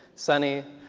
sunny,